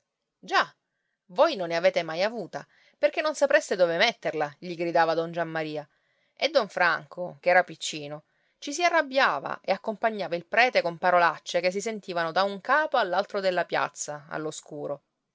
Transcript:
già voi non ne avete mai avuta perché non sapreste dove metterla gli gridava don giammaria e don franco ch'era piccino ci si arrabbiava e accompagnava il prete con parolacce che si sentivano da un capo all'altro della piazza allo scuro